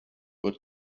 were